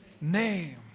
name